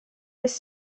his